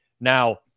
Now